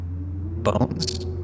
Bones